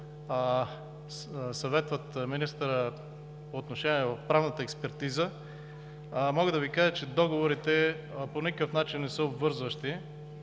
съветват министъра по отношение на правната експертиза, мога да кажа, че договорите по никакъв начин не са обвързващи